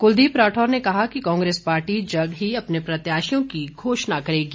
कुलदीप राठौर ने कहा कि कांग्रेस पार्टी जल्द ही अपने प्रत्याशियों की घोषणा करेगी